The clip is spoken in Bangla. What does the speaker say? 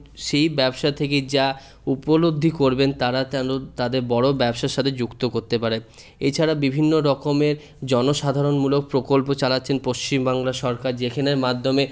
সেই ব্যবসা থেকে যা উপলব্ধি করবেন তারা যেন তাদের বড় ব্যবসার সাথ যুক্ত করতে পারে এছাড়া বিভিন্ন রকমের জনসাধারণমূলক প্রকল্প চালাচ্ছেন পশ্চিমবাংলার সরকার যেখানের মাধ্যমে